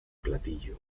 platillo